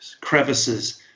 Crevices